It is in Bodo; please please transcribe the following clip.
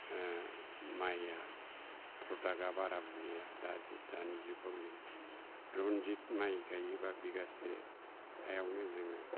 माइया प्रदाक्तआ बारा बुइया दानि जुगाव जों रन्जित माइ गायोबा बिघासे हायावनो जोङो